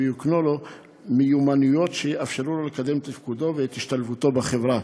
ויוקנו לו מיומנויות שיאפשרו לו לקדם את תפקודו ואת השתלבותו בחברה.